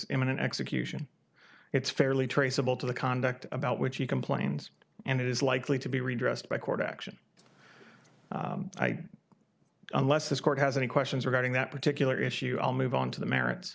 imminent execution it's fairly traceable to the conduct about which he complains and it is likely to be redressed by court action unless this court has any questions regarding that particular issue i'll move on to the merits